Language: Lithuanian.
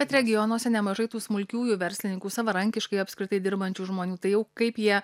bet regionuose nemažai tų smulkiųjų verslininkų savarankiškai apskritai dirbančių žmonių tai jau kaip jie